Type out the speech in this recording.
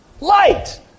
light